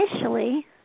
initially